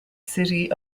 city